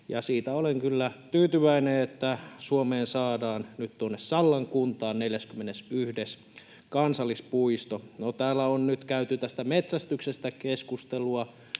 siitä olen kyllä tyytyväinen, että Suomeen saadaan nyt tuonne Sallan kuntaan 41. kansallispuisto. Täällä on nyt käyty tästä metsästyksestä keskustelua.